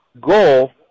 goal